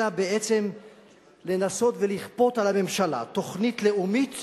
אלא לנסות ולכפות על הממשלה תוכנית לאומית